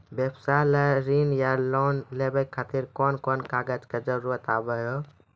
व्यवसाय ला ऋण या लोन लेवे खातिर कौन कौन कागज के जरूरत हाव हाय?